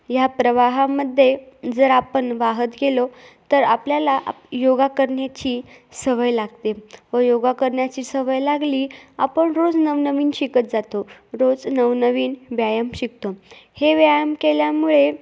ह्या प्रवाहामध्ये जर आपण वाहत गेलो तर आपल्याला योगा करण्याची सवय लागते व योगा करण्याची सवय लागली आपण रोज नवनवीन शिकत जातो रोज नवनवीन व्यायाम शिकतो हे व्यायाम केल्यामुळे